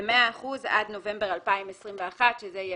ו-100% עד נובמבר 2021,שזה יהיה